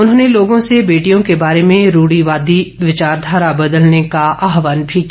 उन्होंने लोगों से बेटियों के बारे में रूढीवादी विचारधारा बदलने का आहवान भी किया